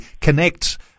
connect